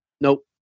Nope